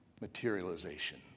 materialization